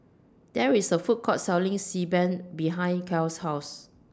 There IS A Food Court Selling Xi Ban behind Cal's House